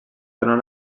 donar